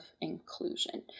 inclusion